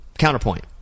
Counterpoint